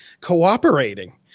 cooperating